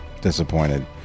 Disappointed